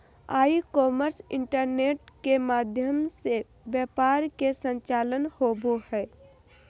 ई commerce internet के माध्यम से व्यापार के संचालन होबा हइ